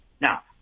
Now